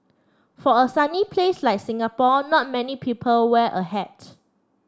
for a sunny place like Singapore not many people wear a hat